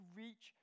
reach